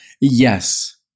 Yes